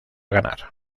ganar